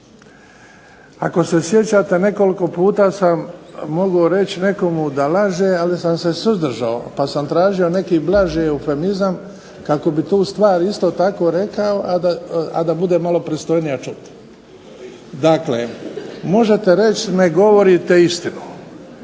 Ako se sjećate nekoliko puta sam mogao reći nekomu da laže, pa sam se suzdržao pa sam tražio neki blaži eufemizam kako bi tu istu stvar rekao, a da bude malo pristojnija čuti. Dakle, možete reći ne govorite istinu.